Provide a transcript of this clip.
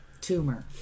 tumor